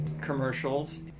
Commercials